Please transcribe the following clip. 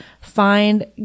Find